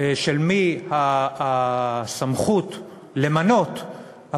של מי הסמכות למנות,